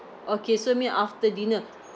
okay so you mean after dinner